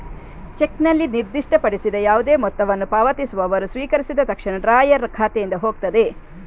ಚೆಕ್ನಲ್ಲಿ ನಿರ್ದಿಷ್ಟಪಡಿಸಿದ ಯಾವುದೇ ಮೊತ್ತವನ್ನು ಪಾವತಿಸುವವರು ಸ್ವೀಕರಿಸಿದ ತಕ್ಷಣ ಡ್ರಾಯರ್ ಖಾತೆಯಿಂದ ಹೋಗ್ತದೆ